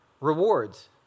rewards